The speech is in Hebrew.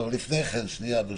לא, אבל לפני כן, ברשותך